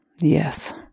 Yes